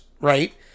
right